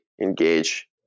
engage